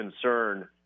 concern